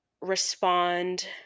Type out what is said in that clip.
respond